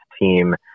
team